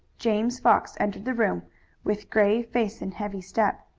james fox entered the room with grave face and heavy step.